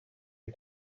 you